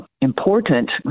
important